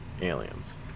Aliens